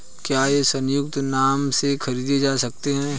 क्या ये संयुक्त नाम से खरीदे जा सकते हैं?